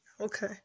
Okay